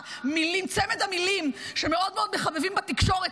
צמד המילים שהם מאוד מאוד מחבבים בתקשורת,